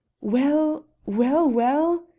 well, well, well?